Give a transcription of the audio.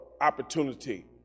opportunity